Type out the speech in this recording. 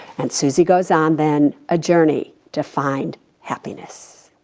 and suze yeah goes on, then, a journey to find happiness.